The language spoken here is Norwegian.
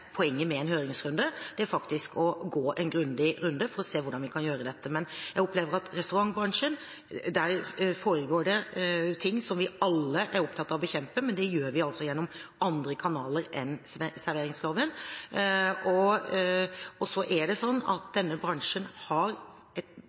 å gå en grundig runde for å se hvordan vi kan gjøre dette. I restaurantbransjen foregår det ting som vi alle er opptatt av å bekjempe, men jeg opplever at det gjør vi gjennom andre kanaler enn serveringsloven. Så er det sånn at